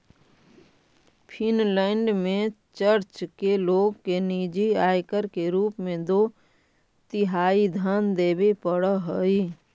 Finland में church के लोग के निजी आयकर के रूप में दो तिहाई धन देवे पड़ऽ हई